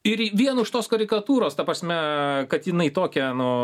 ir vien už tos karikatūros ta prasme kad jinai tokia nu